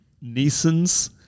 Neeson's